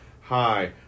hi